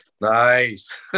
Nice